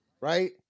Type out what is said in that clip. Right